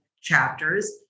chapters